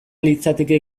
litzateke